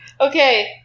Okay